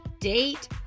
date